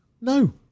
No